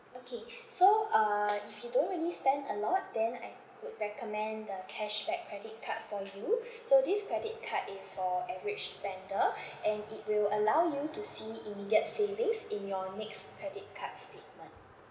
okay so uh if you don't really spend a lot then I would recommend the cashback credit card for you so this credit card is for average spender and it will allow you to see immediate savings in your next credit card statement